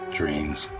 dreams